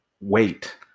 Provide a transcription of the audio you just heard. wait